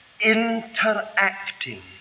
interacting